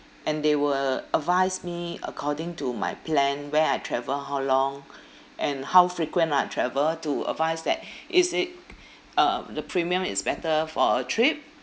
and they will advise me according to my plan where I travel how long and how frequent I travel to advise that is it uh the premium is better for a trip